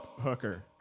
hooker